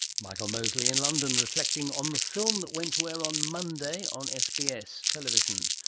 michael mosley in london reflecting on the film that went to air on monday on sbs television.